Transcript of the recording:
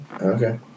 Okay